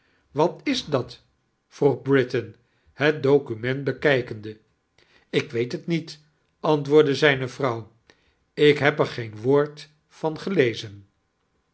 wat is dat vroeg britain het document bekijkende ik weet het niet antwoordde zijne vrouw ik heb er geen woord van gelezen